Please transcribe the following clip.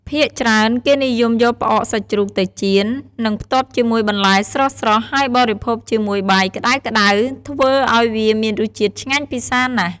ភាគច្រើន គេនិយមយកផ្អកសាច់ជ្រូកទៅចៀន និងផ្ទាប់ជាមួយបន្លែស្រស់ៗ ហើយបរិភោគជាមួយបាយក្ដៅៗ ធ្វើឱ្យវាមានរសជាតិឆ្ងាញ់ពិសាណាស់។